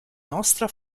nostra